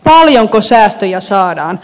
paljonko säästöjä saadaan